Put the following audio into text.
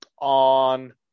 on